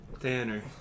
tanner